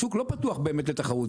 השוק לא פתוח באמת לתחרות.